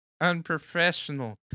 unprofessional